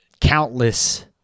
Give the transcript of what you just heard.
countless